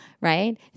right